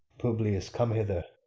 publius, come hither,